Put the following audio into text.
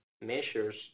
measures